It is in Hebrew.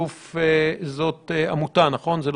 אני חושבת שהשימוש בשב"כ הוא לא נכון.